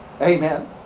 Amen